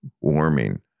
warming